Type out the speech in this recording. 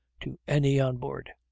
to any on board.